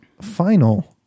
final